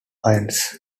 ions